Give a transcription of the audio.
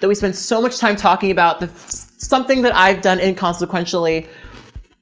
that we spend so much time talking about the something that i've done in consequentially